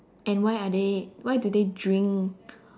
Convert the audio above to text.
and why are they why do they drink